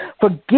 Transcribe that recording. Forgive